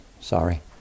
sorry